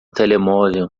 telemóvel